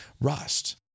rust